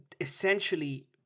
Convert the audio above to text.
essentially